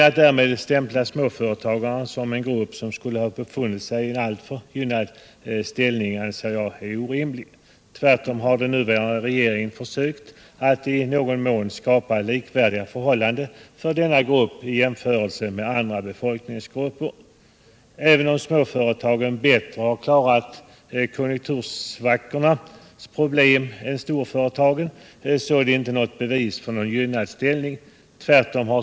Att därmed stämpla småföretagarna som en grupp som skulle ha befunnit sig i en alltför gynnad ställning anser jag orimligt. Tvärtom har den nuvarande regeringen försökt att i någon mån skapa likvärdiga förhållanden för denna grupp i jämförelse med andra befolkningsgrupper. Även om småföretagen har klarat konjunktursvackornas problem bättre än storföretagen gjort så är det inte något bevis för en gynnad ställning.